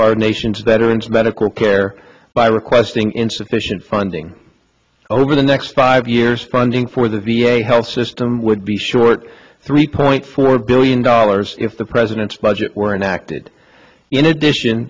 our nation's veterans medical care by requesting insufficient funding over the next five years funding for the v a health system would be short three point four billion dollars if the president's budget were enacted in addition